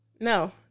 No